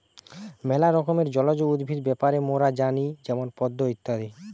ম্যালা রকমের জলজ উদ্ভিদ ব্যাপারে মোরা জানি যেমন পদ্ম ইত্যাদি